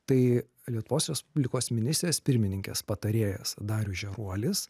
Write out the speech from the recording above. tai lietuvos respublikos ministrės pirmininkės patarėjas darius žeruolis